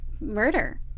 murder